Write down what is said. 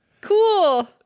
Cool